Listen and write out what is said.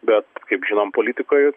bet kaip žinom politikoj